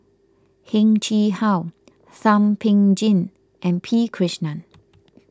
Heng Chee How Thum Ping Tjin and P Krishnan